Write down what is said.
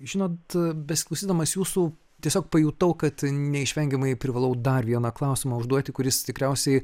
žinot besiklausydamas jūsų tiesiog pajutau kad neišvengiamai privalau dar vieną klausimą užduoti kuris tikriausiai